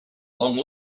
long